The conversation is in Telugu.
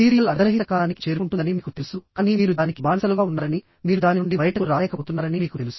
సీరియల్ అర్థరహిత కాలానికి చేరుకుంటుందని మీకు తెలుసు కానీ మీరు దానికి బానిసలుగా ఉన్నారని మీరు దాని నుండి బయటకు రాలేకపోతున్నారని మీకు తెలుసు